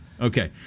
Okay